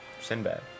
Sinbad